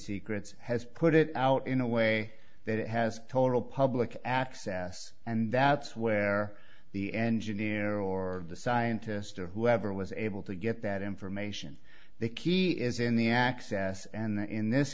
secrets has put it out in a way that has total public access and that's where the engineer or scientist or whoever was able to get that information the key is in the access and in this